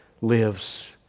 lives